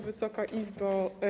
Wysoka Izbo!